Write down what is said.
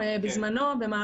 נקיים את הדיון במלואו.